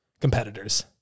competitors